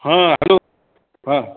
हां हॅलो हां